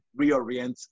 reorient